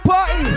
Party